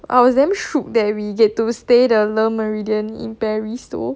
I was damn shook that we get to stay the le meridian in paris though